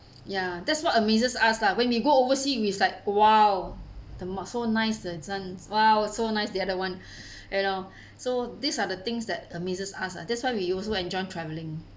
ya that's what amazes us lah when we go overseas it's like !wow! the so nice ah this one !wow! so nice the other one you know so these are the things that amazes us ah that's why we also enjoy traveling